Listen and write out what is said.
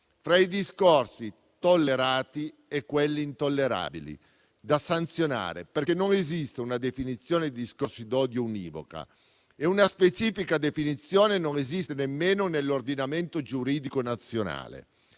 tra i discorsi tollerati e quelli intollerabili, da sanzionare, perché non esiste una definizione di discorsi d'odio univoca - una specifica definizione non esiste nemmeno nell'ordinamento giuridico nazionale